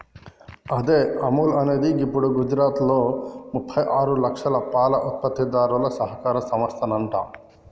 అదే అముల్ అనేది గిప్పుడు గుజరాత్లో ముప్పై ఆరు లక్షల పాల ఉత్పత్తిదారుల సహకార సంస్థనంట